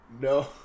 no